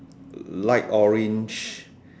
light orange